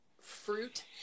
fruit